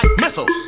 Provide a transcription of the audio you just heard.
missiles